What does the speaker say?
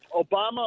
Obama